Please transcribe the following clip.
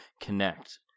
connect